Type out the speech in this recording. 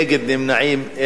נגד ונמנעים,